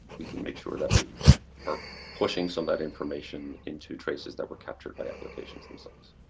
we can make sure that we are pushing some of that information into traces that were captured by applications themselves.